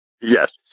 Yes